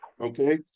Okay